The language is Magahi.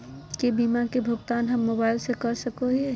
की बीमा के भुगतान हम मोबाइल से कर सको हियै?